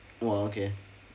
!wow! okay